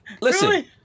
Listen